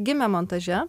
gimė montaže